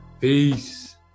Peace